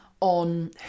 on